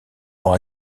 pour